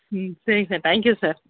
ம் சரிங்க sir thank you sir